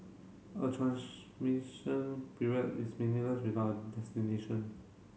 a transmission period is meaningless without a destination